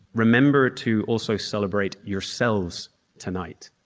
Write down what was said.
remember to also celebrate yourselves tonight.